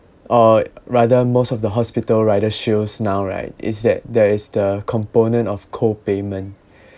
or rather most of the hospital rider shields now right is that there is the component of co payment